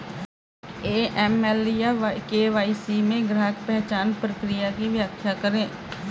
AML या KYC में ग्राहक पहचान प्रक्रिया की व्याख्या करें?